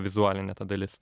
vizualinė ta dalis